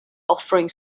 offering